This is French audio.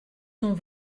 son